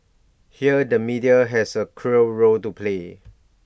here the media has A crucial role to play